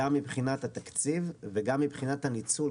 גם מבחינת התקציב וגם מבחינת הניצול,